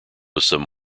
some